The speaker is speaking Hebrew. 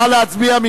נא להצביע.